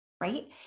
right